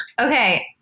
Okay